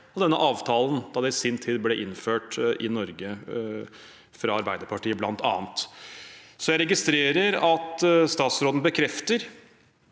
av denne avtalen da den i sin tid ble innført i Norge, fra bl.a. Arbeiderpartiet. Jeg registrerer at statsråden bekrefter